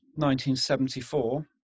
1974